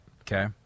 Okay